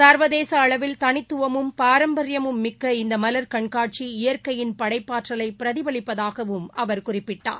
சர்வதேசஅளவில் தனித்துவமும் பாரம்பரியமும் மிக்க இந்தமலர் கண்காட்சி இயற்கையின் படைப்பாற்றவைபிரதிபலிப்பதாககுறிப்பிட்டார்